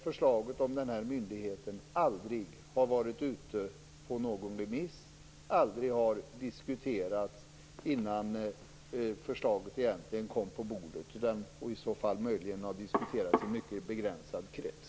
Förslaget om denna myndighet har dessutom aldrig varit ute på remiss, och det har heller aldrig diskuterats innan förslaget kom på bordet. Möjligen har det diskuterats i en mycket begränsad krets.